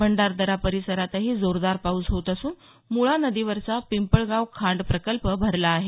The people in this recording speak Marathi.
भंडारदरा परिसरातही जोरदार पाऊस होत असून मुळा नदीवरचा पिंपळगाव खांड प्रकल्प भरला आहे